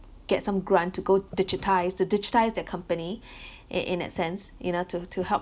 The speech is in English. get some grant to go digitised to digitised their company it in that sense you know to to help